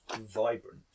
vibrant